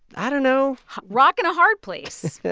i don't know rock and a hard place. yeah.